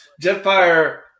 Jetfire